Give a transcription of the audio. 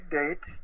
date